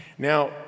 Now